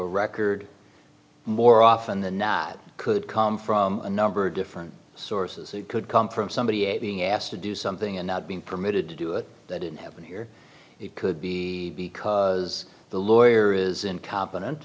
a record more often than not could come from a number of different sources it could come from somebody a being asked to do something and not being permitted to do it that didn't happen here it could be because the lawyer is incompetent